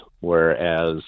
Whereas